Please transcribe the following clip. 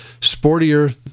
Sportier